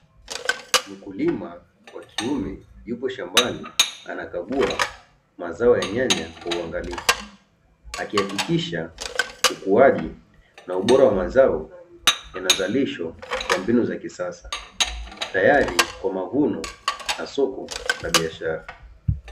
Mkulima wa kiume yupo shambani anakagua mazao ya nyanya kwa uangalifu, akihakikisha ukuaji na ubora wa mazao yanazalishwa kwa mbinu za kisasa, tayari kwa mavuno na soko la biashara.